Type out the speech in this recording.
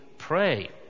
pray